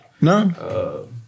No